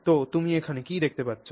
তো তুমি এখানে কি দেখতে পাচ্ছ